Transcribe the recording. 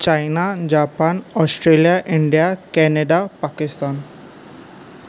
China Japan Australia India Canada Pakistan